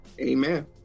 amen